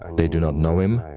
they do not know him